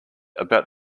about